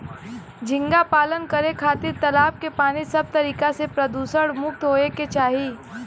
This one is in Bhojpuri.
झींगा पालन करे खातिर तालाब के पानी सब तरीका से प्रदुषण मुक्त होये के चाही